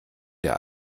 der